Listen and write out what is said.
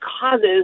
causes